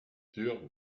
durs